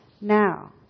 Now